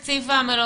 דרשנו תקציב נוסף.